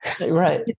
Right